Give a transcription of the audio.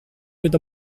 with